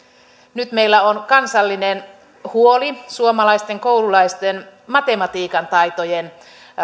nyt meillä on kansallinen huoli suomalaisten koululaisten matematiikan taitojen